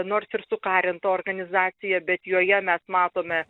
nors ir sukarinta organizacija bet joje mes matome